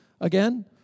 again